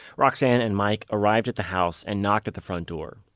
roxane and mike arrived at the house and knocked at the front door.